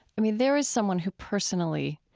i mean, there is someone, who personally,